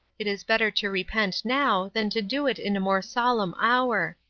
it is better to repent now, than to do it in a more solemn hour.